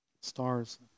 stars